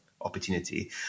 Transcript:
opportunity